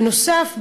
בנוסף,